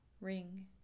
ring